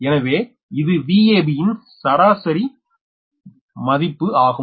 எனவே இது Vab ன் சராசரி மதிப்பு ஆகும்